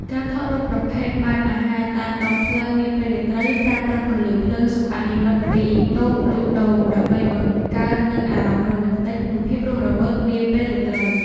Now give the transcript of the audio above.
ការថតរូបប្រភេទបែបអាហារតាមដងផ្លូវនាពេលរាត្រី ប្រើប្រាស់ពន្លឺភ្លើងសិប្បនិម្មិតពីតូបលក់ដូរ ដើម្បីបង្កើតនូវអារម្មណ៍រ៉ូមែនទិក និងភាពរស់រវើកនាពេលរាត្រី។